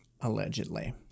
Allegedly